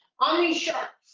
on these sharks,